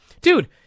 Dude